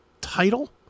title